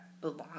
belong